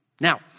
Now